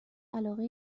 علاقه